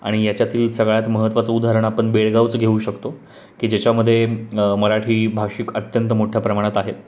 आणि याच्यातील सगळ्यात महत्त्वाचं उदाहरण आपण बेळगावच घेऊ शकतो की ज्याच्यामध्ये मराठी भाषिक अत्यंत मोठ्या प्रमाणात आहेत